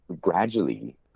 gradually